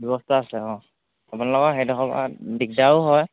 ব্যৱস্থা আছে অঁ আপোনালোকৰ সেইডখৰ দিগদাৰো হয়